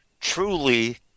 truly